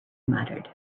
muttered